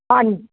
ਹਾਂਜੀ